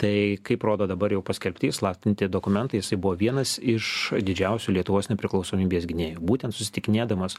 tai kaip rodo dabar jau paskelbti įslaptinti dokumentai jisai buvo vienas iš didžiausių lietuvos nepriklausomybės gynėjų būtent susitikinėdamas